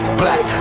black